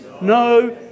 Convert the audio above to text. no